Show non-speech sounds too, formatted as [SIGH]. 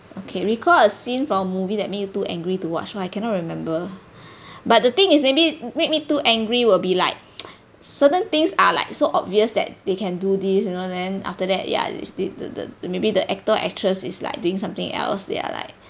okay recall a scene from movie that make you too angry to watch lah I cannot remember [BREATH] but the thing is maybe make me too angry will be like [NOISE] certain things are like so obvious that they can do this you know then after that ya is the the the maybe the actor actress is like doing something else they are like